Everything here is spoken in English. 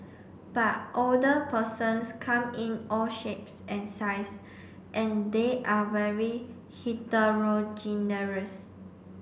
but older persons come in all shapes and size and they're very heterogeneous